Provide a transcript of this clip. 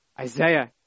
Isaiah